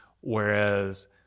whereas